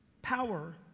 Power